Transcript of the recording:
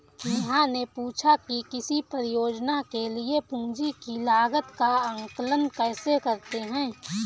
नेहा ने पूछा कि किसी परियोजना के लिए पूंजी की लागत का आंकलन कैसे करते हैं?